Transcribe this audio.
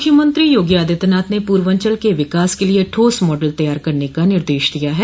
मुख्यमंत्री योगी आदित्यनाथ ने पूर्वांचल के विकास के लिए ठोस मॉडल तैयार करने का निर्देश दिया है